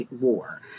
war